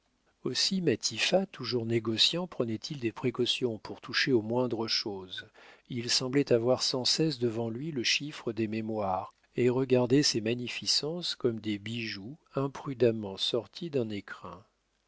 aussi matifat toujours négociant prenait-il des précautions pour toucher aux moindres choses il semblait avoir sans cesse devant lui le chiffre des mémoires et regardait ces magnificences comme des bijoux imprudemment sortis d'un écrin